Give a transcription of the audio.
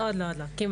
עוד לא, כמעט.